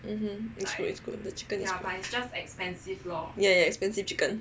mmhmm it's good it's good the chicken is good yeah yeah expensive chicken